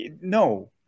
no